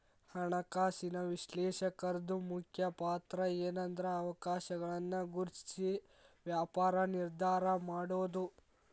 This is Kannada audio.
ಹಣಕಾಸಿನ ವಿಶ್ಲೇಷಕರ್ದು ಮುಖ್ಯ ಪಾತ್ರಏನ್ಂದ್ರ ಅವಕಾಶಗಳನ್ನ ಗುರ್ತ್ಸಿ ವ್ಯಾಪಾರ ನಿರ್ಧಾರಾ ಮಾಡೊದು